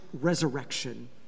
resurrection